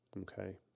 Okay